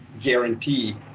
guarantee